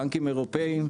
בנקים אירופאיים,